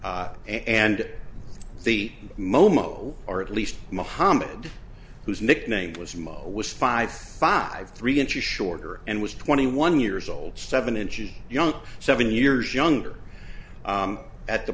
and the momo or at least muhammad whose nickname was mo was five five three inches shorter and was twenty one years old seven inches young seven years younger at the